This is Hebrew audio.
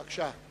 בבקשה.